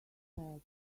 bad